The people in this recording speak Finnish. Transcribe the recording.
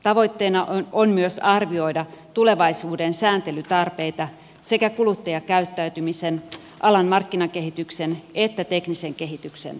tavoitteena on myös arvioida tulevaisuuden sääntelytarpeita sekä kuluttajakäyttäytymisen alan markkinakehityksen että teknisen kehityksen näkökulmasta